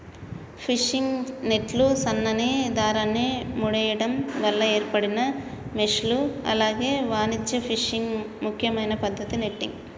fishing నెట్లు సన్నని దారాన్ని ముడేయడం వల్ల ఏర్పడిన మెష్లు అలాగే వాణిజ్య ఫిషింగ్ ముఖ్యమైన పద్దతి నెట్టింగ్